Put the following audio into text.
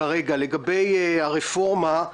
לגבי הרפורמה,